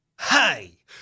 Hey